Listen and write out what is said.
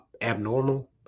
abnormal